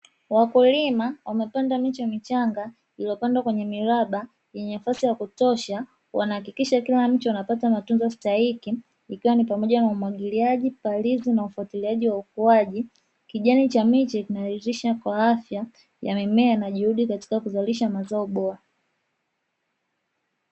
Waulima wamepanda miche michanga iliyopandwa kwenye miraba yenye nafasi ya kutosha, wanahakikisha kila mche unapata matunzo stahiki ikiwa ni pamoja na: umwagiliaji, palizi na ufatiliaji wa ukuaji; kijani cha miche kinaridhisha kwa afya ya mimea na juhudi katika kuzalisha mazao bora.